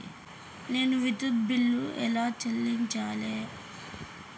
నేను విద్యుత్ బిల్లు ఎలా చెల్లించాలి?